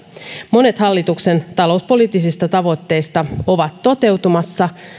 monet hallituksen talouspoliittisista tavoitteista ovat toteutumassa